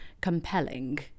compelling